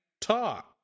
talk